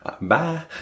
bye